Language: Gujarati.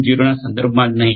0 ના સંદર્ભમાં જ નહિ